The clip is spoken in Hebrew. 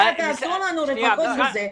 אסור לנו לחכות עם זה.